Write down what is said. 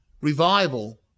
revival